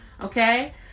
okay